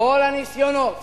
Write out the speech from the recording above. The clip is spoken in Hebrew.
כל הניסיונות